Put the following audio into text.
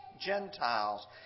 Gentiles